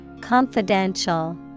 Confidential